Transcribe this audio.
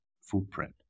footprint